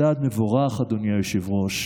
צעד מבורך, אדוני היושב-ראש,